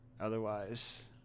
otherwise